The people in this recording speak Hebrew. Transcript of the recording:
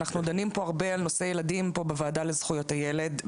אנחנו דנים פה הרבה על נושא הילדים פה בוועדה לזכויות הילד,